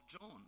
John